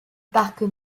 parc